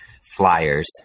flyers